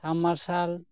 ᱥᱟᱵ ᱢᱟᱨᱥᱟᱞ